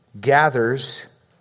gathers